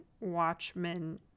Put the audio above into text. Watchmen